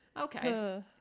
Okay